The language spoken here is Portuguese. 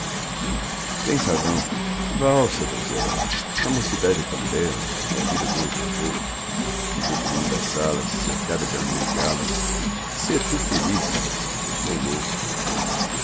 tens razão valsa donzela a mocidade é tão bela e a vida dura tão pouco no burburinho das salas cercada de amor e galas sê tu feliz eu sou louco